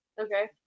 okay